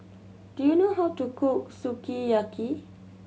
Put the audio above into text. do you know how to cook Sukiyaki